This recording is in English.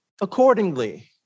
accordingly